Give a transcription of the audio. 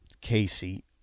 Casey –